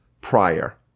prior